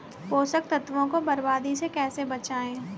पोषक तत्वों को बर्बादी से कैसे बचाएं?